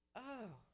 oh